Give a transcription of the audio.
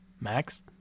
Max